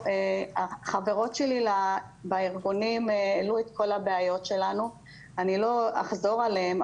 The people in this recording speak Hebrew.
החברות שלי בארגונים העלו את כל הבעיות שלנו ואני לא אחזור עליהן,